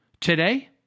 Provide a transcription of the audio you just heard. Today